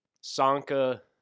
Sanka